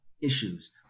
issues